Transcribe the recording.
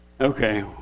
Okay